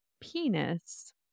penis